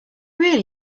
really